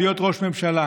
להיות ראש ממשלה,